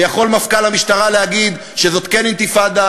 ויכול מפכ"ל המשטרה להגיד שזאת כן אינתיפאדה